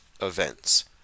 events